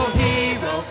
hero